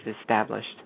established